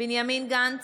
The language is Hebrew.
בנימין גנץ,